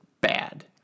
bad